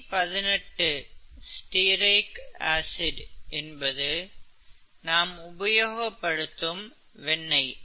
C18 stearic அமிலம் என்பது நாம் உபயோகப்படுத்தும் வெண்ணெய்